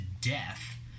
death